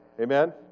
Amen